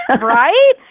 Right